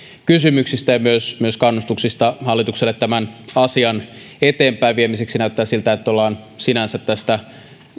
kysymyksistä ja myös myös kannustuksista hallitukselle tämän asian eteenpäinviemiseksi näyttää siltä että ollaan sinänsä tästä